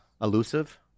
Elusive